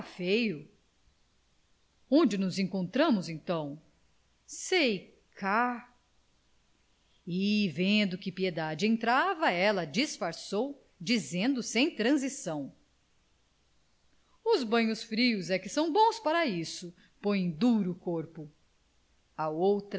feio onde nos encontramos então sei cá e vendo que piedade entrava ela disfarçou dizendo sem transição os banhos frios é que são bons para isso põem duro o corpo a outra